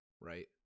right